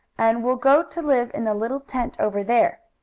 and we'll go to live in the little tent over there,